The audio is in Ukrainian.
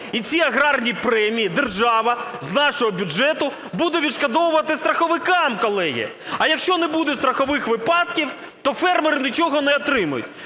і ці аграрні премії держава з нашого бюджету буде відшкодовувати страховикам, колеги, а якщо не буде страхових випадків, то фермери нічого не отримають.